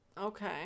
okay